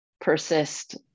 persist